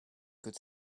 could